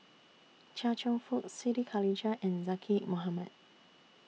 Chia Cheong Fook Siti Khalijah and Zaqy Mohamad